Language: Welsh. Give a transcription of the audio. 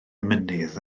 mynydd